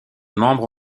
membres